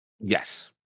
Yes